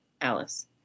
alice